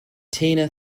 tina